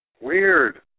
Weird